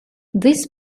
these